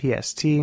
PST